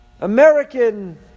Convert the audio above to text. American